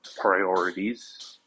priorities